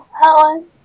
Helen